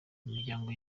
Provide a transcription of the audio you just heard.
imiryango